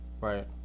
Right